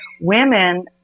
women